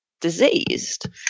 diseased